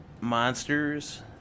monsters